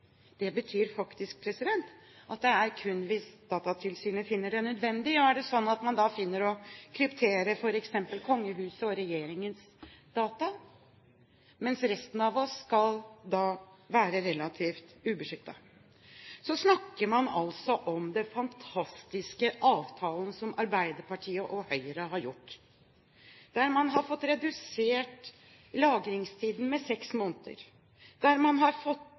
det betyr faktisk at det er kun hvis Datatilsynet finner det nødvendig. Er det slik at man da finner å ville kryptere f.eks. kongehusets og regjeringens data, mens resten av oss skal være relativt ubeskyttet? Så snakker man om den fantastiske avtalen som Arbeiderpartiet og Høyre har inngått, der man har fått redusert lagringstiden med seks måneder, der man har fått